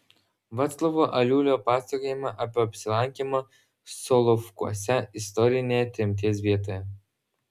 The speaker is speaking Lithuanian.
vaclovo aliulio pasakojimą apie apsilankymą solovkuose istorinėje tremties vietoje